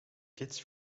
kids